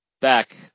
back